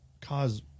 cause